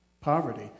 poverty